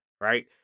right